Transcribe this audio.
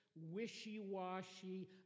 wishy-washy